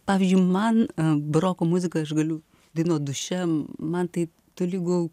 pavyzdžiui man baroko muziką aš galiu dainuot duše man tai tolygu